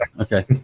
Okay